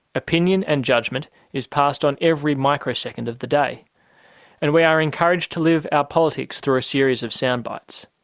opinion and judgement is passed on every microsecond of the day and we are encouraged to live our politics through a series of sound bites.